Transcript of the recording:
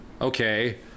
okay